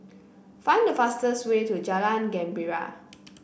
find the fastest way to Jalan Gembira